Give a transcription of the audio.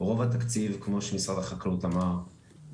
רוב התקציב כמו שמשרד החקלאות אמר,